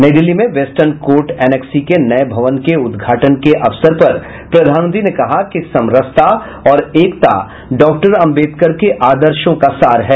नई दिल्ली में western court annexe के नये भवन के उद्घाटन अवसर पर प्रधानमंत्री ने कहा कि सम रसता और एकता डॉक्टर अम्बेदकर के आदर्शों का सार हैं